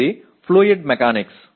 இது திரவ இயக்கவியல்